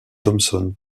thompson